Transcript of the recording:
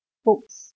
books